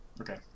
okay